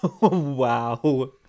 wow